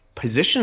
position